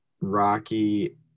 rocky